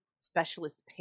specialist